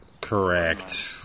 Correct